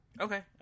okay